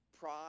pride